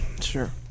Sure